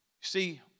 See